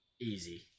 Easy